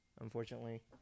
unfortunately